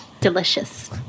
Delicious